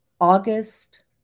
August